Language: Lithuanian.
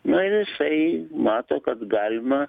nu ir jisai mato kad galima